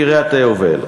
קריית-היובל,